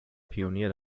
pionier